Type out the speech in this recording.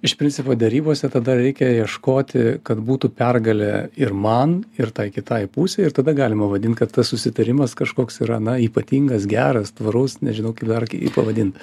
iš principo derybose tada reikia ieškoti kad būtų pergalė ir man ir tai kitai pusei ir tada galima vadint kad tas susitarimas kažkoks yra na ypatingas geras tvarus nežinau kaip dar jį pavadint